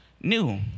new